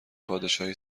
پادشاهی